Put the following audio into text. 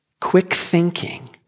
quick-thinking